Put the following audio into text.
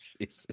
Jesus